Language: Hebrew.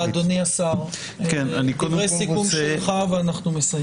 אדוני השר, דברי סיכום שלך ואנחנו מסיימים.